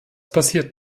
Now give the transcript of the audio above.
passiert